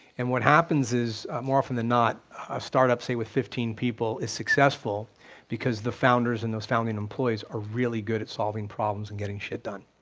and what happens is, more often than not, a startup, say, with fifteen people is successful because the founders and those founding employees are really good at solving problems and getting shit done.